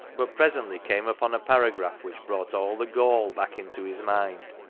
but presently came upon a paragraph, which brought all the gall back into his mind.